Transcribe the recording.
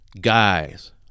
guys